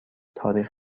تاریخ